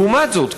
לעומת זאת,